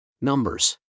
Numbers